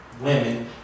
women